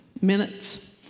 minutes